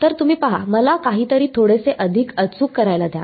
तर तुम्ही पहा मला काहीतरी थोडेसे अधिक अचूक करायला द्या